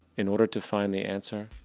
in order to find the answer,